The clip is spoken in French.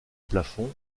plafond